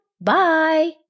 Bye